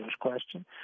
Question